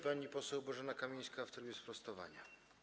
Pani poseł Bożena Kamińska, w trybie sprostowania.